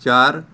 ਚਾਰ